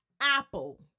Apple